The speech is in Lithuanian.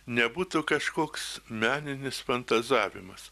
nebūtų kažkoks meninis fantazavimas